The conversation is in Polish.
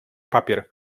papier